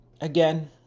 again